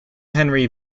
henry